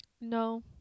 No